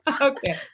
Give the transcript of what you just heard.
Okay